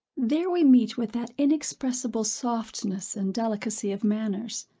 there we meet with that inexpressible softness and delicacy of manners,